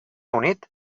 unit